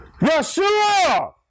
Yeshua